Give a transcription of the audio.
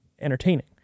entertaining